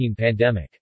pandemic